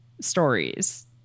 stories